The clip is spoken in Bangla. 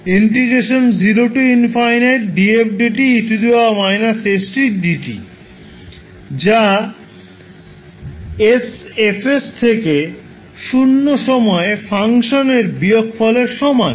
যা 𝑠𝐹 𝑠 থেকে শূন্য সময়ে ফাংশানের বিয়োগফলের সমান